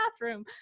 bathroom